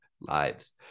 lives